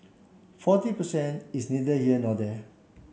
forty per cent is neither here nor there